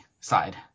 side